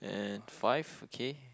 and five okay